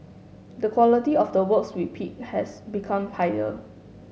the quality of the works we pick has become higher